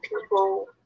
people